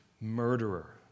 murderer